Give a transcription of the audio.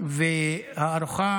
והארוחה